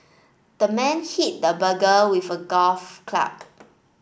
the man hit the burger with a golf club